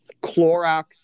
Clorox